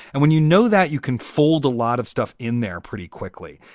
and when you know that, you can fold a lot of stuff in there pretty quickly.